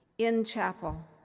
in chapel,